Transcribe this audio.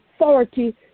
authority